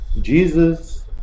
Jesus